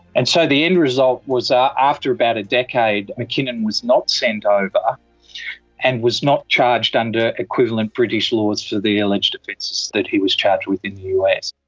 and so the end result was ah after about a decade, mckinnon was not sent over and was not charged under equivalent british laws for the alleged offences that he was charged with in the us.